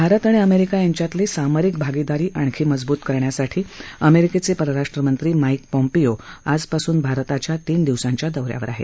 भारत आणि अमेरिका यांच्यातली सामरिक भागिदारी आणखी मजबूत करण्यासाठी अमेरिकेचे परराष्ट्र मंत्री माईक पॉम्पीयो आजपासून भारताच्या तीन दिवसाच्या दौऱ्यावर आहेत